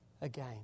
again